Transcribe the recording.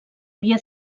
havia